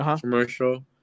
commercial